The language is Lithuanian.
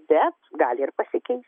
bet gal ir pasikeis